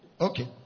Okay